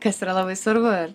kas yra labai svarbu ir